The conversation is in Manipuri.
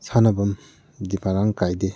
ꯁꯥꯟꯅꯐꯝꯗꯤ ꯃꯔꯥꯡ ꯀꯥꯏꯗꯦ